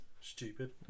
Stupid